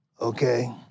okay